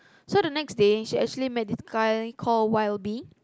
so the next day she actually met this guy call Y O B